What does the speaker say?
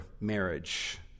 marriage